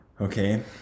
okay